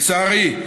לצערי,